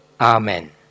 Amen